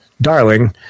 darling